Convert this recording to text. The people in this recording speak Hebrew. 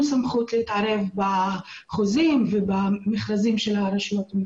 סמכות להתערב בחוזים ובמכרזים של הרשויות.